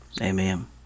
Amen